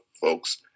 folks